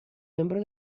membro